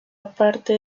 aparte